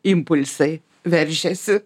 impulsai veržiasi